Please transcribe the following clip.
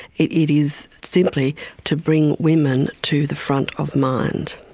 it it is simply to bring women to the front of mind.